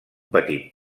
petit